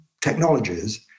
technologies